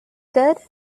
good